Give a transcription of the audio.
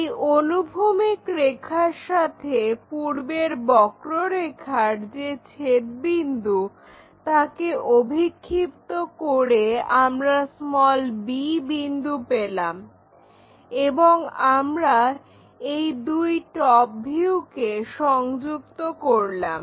এই অনুভূমিক রেখার সাথে পূর্বের বক্ররেখার যে ছেদবিন্দু তাকে অভিক্ষিপ্ত করে আমরা b বিন্দু পেলাম এবং আমরা এই দুই টপ ভিউকে সংযুক্ত করলাম